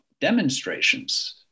demonstrations